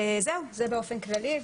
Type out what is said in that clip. זה באופן כללי.